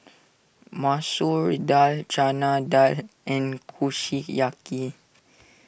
Masoor Dal Chana Dal and Kushiyaki